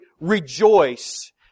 rejoice